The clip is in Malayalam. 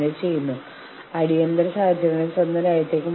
മാനേജ്മെന്റ് പറയുന്നു ശരി പോയി സമരം ചെയ്യുക